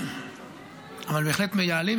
אבל בהחלט מייעלים,